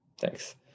Thanks